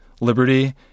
liberty